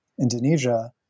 Indonesia